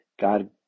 God